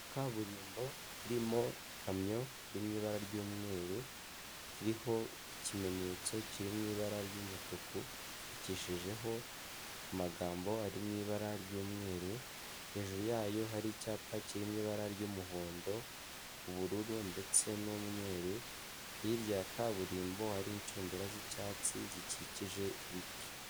Kaburimbo irimo ikamyo iri mu ibara ry'umweru, iririho ikimenyetso kiri mu ibara ry'umutuku, ryandikishijeho amagambo ari mu ibara ry'umweru, hejuru yayo hari icyapa kirimo ibara ry'umuhondo , ubururu ndetse n'umweru, hirya ya kaburimbo hari inshundura z'icyatsi zikikije ibiti.